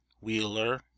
Wheeler